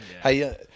Hey